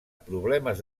problemes